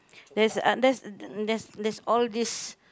there's a there's there's all these